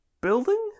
Building